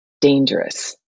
dangerous